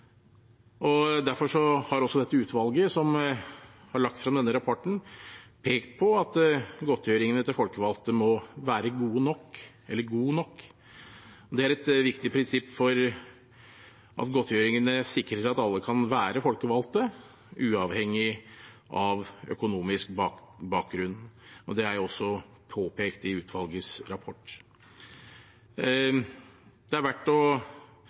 har også utvalget som har lagt fram denne rapporten, pekt på at godtgjøringene til folkevalgte må være gode nok. Det er et viktig prinsipp for at godtgjøringene skal sikre at alle kan være folkevalgte, uavhengig av økonomisk bakgrunn. Det er også påpekt i utvalgets rapport. Det er også verdt å